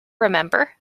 remember